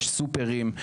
יש סופרים.